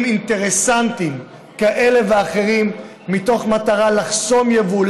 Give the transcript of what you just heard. אינטרסנטיים כאלה ואחרים במטרה לחסום ייבוא,